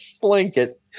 blanket